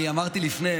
אני אמרתי לפני.